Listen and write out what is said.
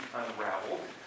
unraveled